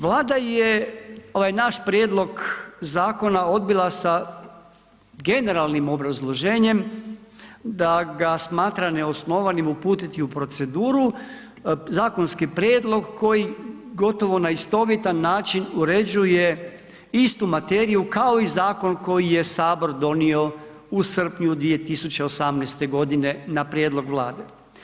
Vlada je ovaj naš prijedlog zakona odbila sa generalnim obrazloženjem da ga smatra neosnovanim uputiti u proceduru, zakonski prijedlog koji gotovo na istovjetan način uređuje istu materiju kao i zakon koji je HS donio u srpnju 2018.g. na prijedlog Vlade.